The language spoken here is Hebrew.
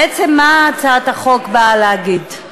בעצם מה הצעת החוק באה להגיד?